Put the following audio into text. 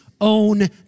own